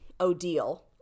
odile